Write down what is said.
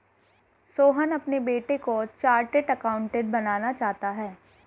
सोहन अपने बेटे को चार्टेट अकाउंटेंट बनाना चाहता है